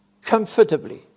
comfortably